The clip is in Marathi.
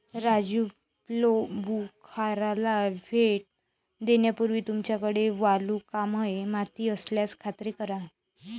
राजू प्लंबूखाराला भेट देण्यापूर्वी तुमच्याकडे वालुकामय माती असल्याची खात्री करा